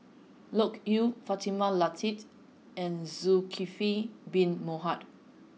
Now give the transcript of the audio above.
Loke Yew Fatimah Lateef and Zulkifli bin Mohamed